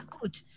Good